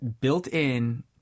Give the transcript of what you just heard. built-in